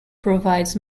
provides